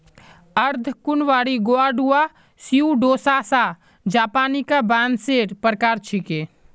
अर्धकुंवारी Guadua Pseudosasa japonica बांसेर प्रकार छिके